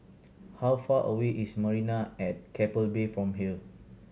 how far away is Marina at Keppel Bay from here